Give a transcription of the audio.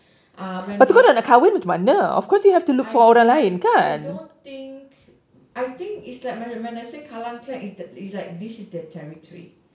um when they I I I don't think I think is like when I say kallang clan is like is like this is their territory